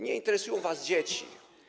Nie interesują was dzieci.